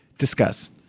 Discuss